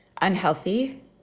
unhealthy